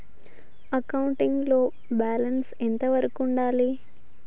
Accounting లో balance ఎంత వరకు ఉండాలి?